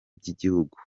by’igihugu